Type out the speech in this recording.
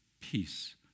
peace